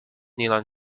nylon